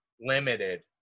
limited